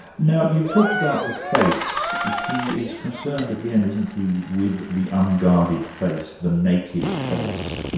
now you've talked about the face. he is concerned again, isn't he, with the unguarded face, the naked face.